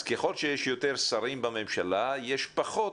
אז ככל שיש יותר שרים בממשלה, יש פחות